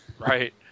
Right